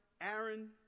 Aaron